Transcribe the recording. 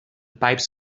pipes